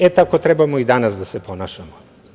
E, tako trebamo i danas da se ponašamo.